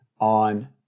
on